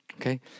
okay